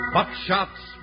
Buckshot's